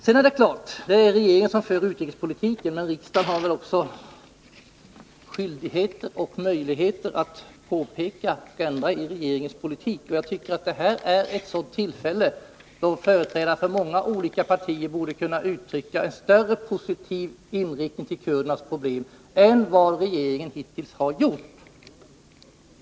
Det är klart att det är regeringen som bestämmer utrikespolitiken, men riksdagen har väl också skyldigheter och möjligheter att göra påpekanden och föreslå ändringar beträffande regeringens politik. Vid ett sådant här tillfälle borde företrädare för många olika partier kunna ge uttryck för en mer positiv inställning till kurdernas problem än vad regeringen hittills har gjort.